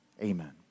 amen